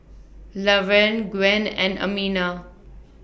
Lavern Gwen and Amina